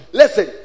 listen